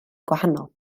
gwahanol